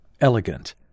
elegant